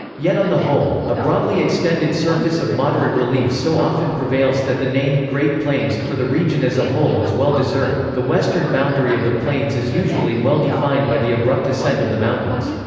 yet on the whole, a broadly extended surface of moderate relief so often prevails that the name, great plains, for the region as a whole is well-deserved the western boundary of the plains is usually well-defined by the abrupt ascent of the mountains.